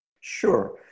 Sure